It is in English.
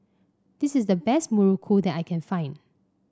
this is the best muruku that I can find